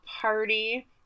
party